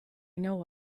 know